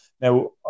Now